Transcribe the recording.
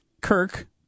Kirk